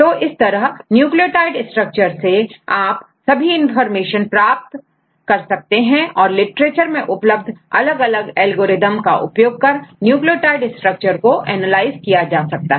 तो इस तरह न्यूक्लियोटाइड स्ट्रक्चर से यह सभी इंफॉर्मेशन प्राप्त हो जाती है और लिटरेचर में उपलब्ध अलग अलग एल्गोरिदम का उपयोग कर न्यूक्लियोटाइड स्ट्रक्चर को एनालाइज किया जा सकता है